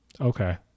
okay